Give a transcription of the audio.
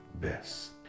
best